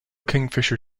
kingfisher